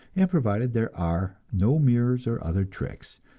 and provided there are no mirrors or other tricks,